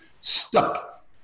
stuck